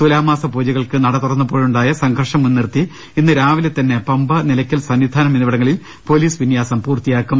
തുലാമാസ പൂജകൾക്ക് നടതുറന്നപ്പോ ഴുണ്ടായ സംഘർഷം മുൻനിർത്തി ഇന്ന് രാവിലെ തന്നെ പമ്പ നിലയ്ക്കൽ സന്നിധാനം എന്നിവിടങ്ങളിൽ പോലീസ് വിന്യാസം പൂർത്തിയാക്കും